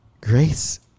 Grace